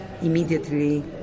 immediately